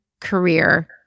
career